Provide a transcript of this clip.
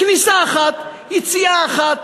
כניסה אחת, יציאה אחת,